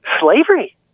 slavery